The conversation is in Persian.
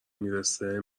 میرسه